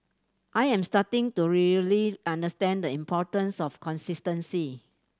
I am starting to really understand the importance of consistency